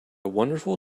wonderful